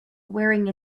wearing